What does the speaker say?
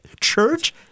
Church